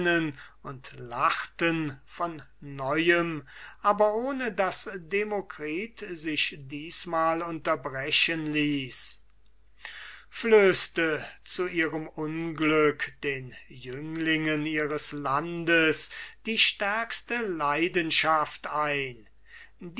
und lachten von neuem aber ohne daß demokritus sich diesmal unterbrechen ließ flößte zu ihrem unglück den jünglingen ihres landes die stärkste leidenschaft ein